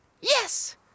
Yes